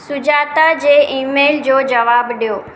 सुजाता जे इमेल जो जवाबु ॾियो